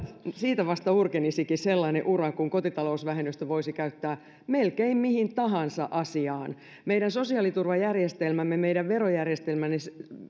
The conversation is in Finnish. siitä vasta urkenisikin sellainen ura kun kotitalousvähennystä voisi käyttää melkein mihin tahansa asiaan meidän sosiaaliturvajärjestelmämme meidän